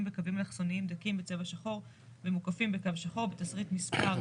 בקווים אלכסוניים דקים בצבע שחור ומוקפים בקו שחור בתסריט מספר